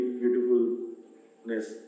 beautifulness